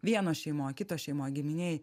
vienos šeimoj kitos šeimoj giminėj